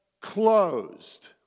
closed